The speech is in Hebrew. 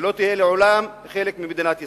ולא תהיה לעולם חלק ממדינת ישראל.